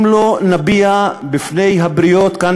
אם לא נביע בפני הבריות כאן,